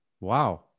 Wow